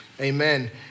Amen